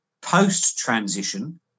post-transition